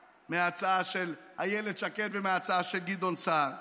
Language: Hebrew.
מההצעה של אילת שקד ומההצעה של גדעון סער.